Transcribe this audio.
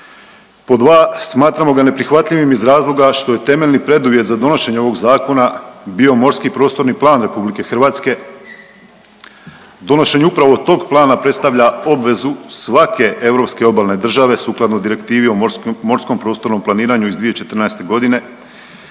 Pod dva, smatramo ga neprihvatljivim iz razloga što je temeljni preduvjet za donošenje ovog zakona bio Morski prostorni plan RH. Donošenje upravo tog plana predstavlja obvezu svake europske obalne države sukladno Direktivi o morskom, morskom prostornom planiranju iz 2014.g.,